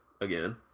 again